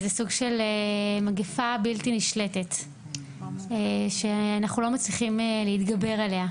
זה סוג של מגפה בלתי נשלטת שאנחנו לא מצליחים להתגבר עליה.